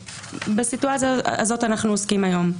ובסיטואציה הזאת אנחנו עוסקים היום.